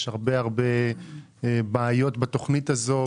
יש הרבה בעיות בתכנית הזאת.